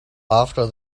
after